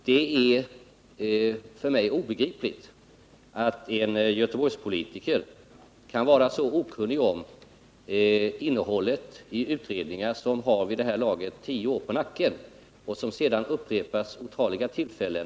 Det är för mig obegripligt att en Göteborgspolitiker kan vara så okunnig om vad som sagts i utredningar som vid det här laget har tio år på nacken och som upprepats vid otaliga tillfällen.